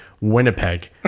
winnipeg